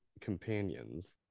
companions